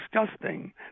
disgusting